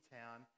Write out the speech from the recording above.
town